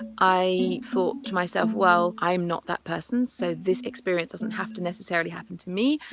i thought to myself well i am not that person so this experience doesn't have to necessarily happen to me.